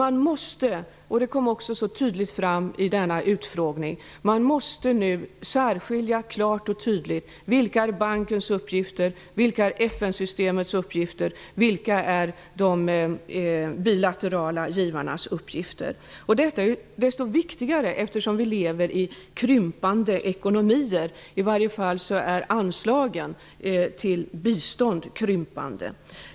Man måste tydligt särskilja vilka bankens uppgifter är, vilka FN-systemets uppgifter är och vilka de bilaterala givarnas uppgifter är. Detta kom också klart fram i utfrågningen. Det här är desto viktigare, eftersom vi lever i krympande ekonomier. I varje fall är anslagen till biståndet krympande.